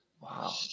Wow